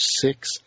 six